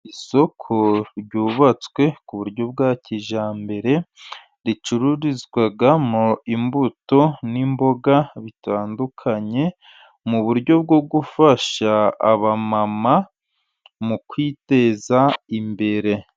Isoko ryubatswe ku buryo bwa kijyambere, ricururizwamo imbuto n'imboga bitandukanye, mu buryo bwo gufasha aba mama mu kwiteza imbere.